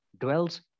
dwells